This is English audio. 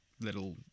Little